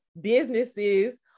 businesses